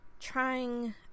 trying